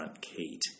Kate